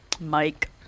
Mike